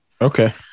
Okay